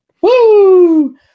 Woo